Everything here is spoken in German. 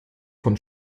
von